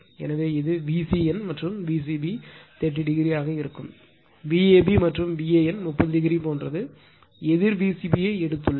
எனவே இது VCN மற்றும் Vcb 30 o ஆக இருக்கும் Vab மற்றும் VAN 30 o போன்றது எதிர் Vcb ஐ எடுத்துள்ளன